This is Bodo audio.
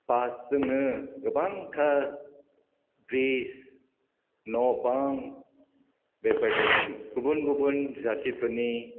बासजोंनो गोबांथार ब्रिज न' बां बेबायदिनो गुबुन गुबुन जातिफोरनि